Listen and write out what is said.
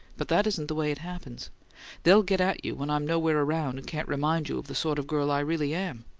but that isn't the way it happens they'll get at you when i'm nowhere around and can't remind you of the sort of girl i really am.